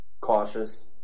cautious